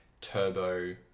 turbo